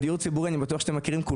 אני בטוח שכולכם מכירים את זה,